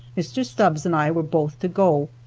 mr. stubbs and i were both to go,